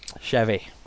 Chevy